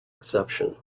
exception